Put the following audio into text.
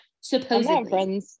supposedly